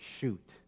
shoot